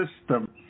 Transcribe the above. system